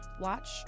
Watch